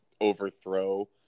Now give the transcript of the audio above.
overthrow